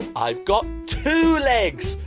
i've got two legs.